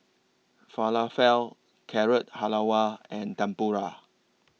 Falafel Carrot Halwa and Tempura